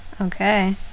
Okay